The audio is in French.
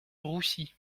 roussi